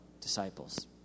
disciples